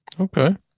Okay